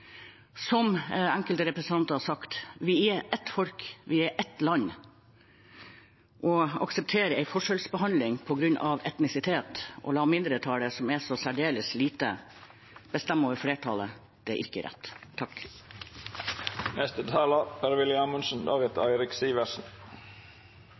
Som enkelte representanter har sagt: Vi er ett folk, vi er ett land. Å akseptere en forskjellsbehandling på grunn av etnisitet og la mindretallet, som er så særdeles lite, bestemme over flertallet, det er ikke rett. I likhet med forrige taler,